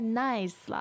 nice